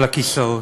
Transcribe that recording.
על הכיסאות.